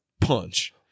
Punch